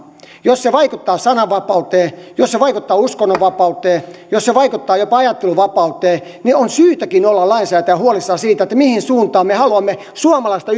jos se vaikuttaa sananvapauteen jos se vaikuttaa uskonnonvapauteen jos se vaikuttaa jopa ajattelun vapauteen niin on syytäkin olla lainsäätäjän huolissaan siitä mihin suuntaan me haluamme suomalaista